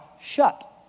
shut